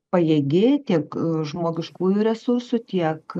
pajėgi tiek žmogiškųjų resursų tiek